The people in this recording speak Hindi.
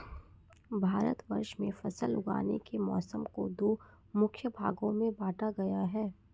भारतवर्ष में फसल उगाने के मौसम को दो मुख्य भागों में बांटा गया है